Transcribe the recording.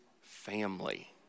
family